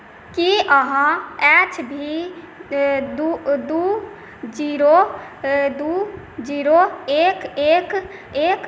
कि अहाँ H V दू दुइ जीरो दुइ जीरो एक एक एक